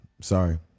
sorry